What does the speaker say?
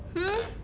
hmm